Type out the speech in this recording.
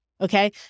Okay